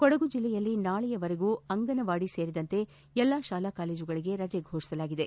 ಕೊಡಗು ಜಿಲ್ಲೆಯಲ್ಲಿ ನಾಳೆಯವರೆಗೂ ಅಂಗನವಾಡಿ ಸೇರಿದಂತೆ ಎಲ್ಲಾ ಶಾಲಾ ಕಾಲೇಜುಗಳಿಗೆ ರಜೆ ಘೋಷಿಸಲಾಗಿದೆ